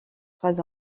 trois